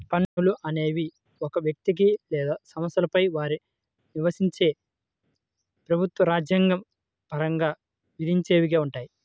పన్నులు అనేవి ఒక వ్యక్తికి లేదా సంస్థలపై వారు నివసించే ప్రభుత్వం రాజ్యాంగ పరంగా విధించేవిగా ఉంటాయి